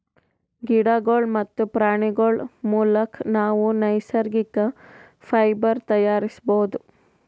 ಗಿಡಗೋಳ್ ಮತ್ತ್ ಪ್ರಾಣಿಗೋಳ್ ಮುಲಕ್ ನಾವ್ ನೈಸರ್ಗಿಕ್ ಫೈಬರ್ ತಯಾರಿಸ್ಬಹುದ್